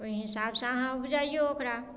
ओइ हिसाबसँ अहाँ उपजइयौ ओकरा